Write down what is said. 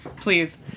please